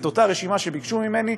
את אותה רשימה שביקשו ממני,